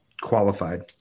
qualified